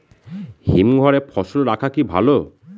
হিমঘরে ফসল রাখা কি ভালো?